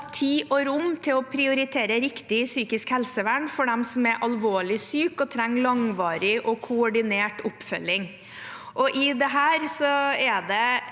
og tid og rom til å prioritere riktig i psykisk helsevern for dem som er alvorlig syke og trenger langvarig og koordinert oppfølging.